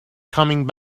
coming